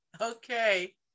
Okay